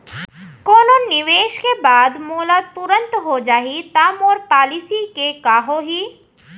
कोनो निवेश के बाद मोला तुरंत हो जाही ता मोर पॉलिसी के का होही?